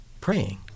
praying